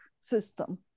system